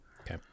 Okay